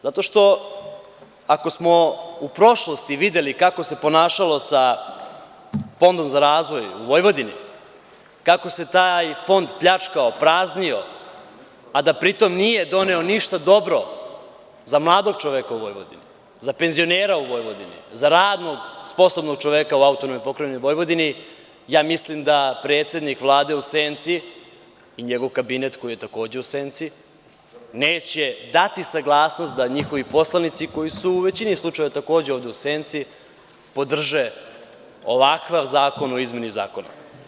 Zato što, ako smo u prošlosti videli kako se ponašalo sa Fondom za razvoj u Vojvodini, kako se taj fond pljačkao, praznio, a da pri tome nije doneo ništa dobro za mladog čoveka u Vojvodini, za penzionera u Vojvodini, za radno sposobnog čoveka u AP Vojvodini, mislim da predsednik Vlade u senci i njegov kabinet koji je takođe u senci neće dati saglasnost da njihovi poslanici, koji su u većini slučajeva takođe ovde u senci, podrže ovakav zakon o izmeni zakona.